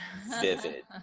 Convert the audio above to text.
Vivid